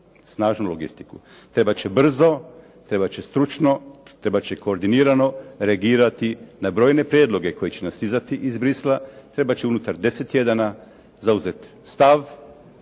za sve poslove, trebat će brzo, trebat će stručno, trebat će koordinirano reagirati na brojne prijedloge koji će nam stizati iz Bruxellesa, trebat će unutar 10 tjedana zauzeti stav,